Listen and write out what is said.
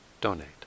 donate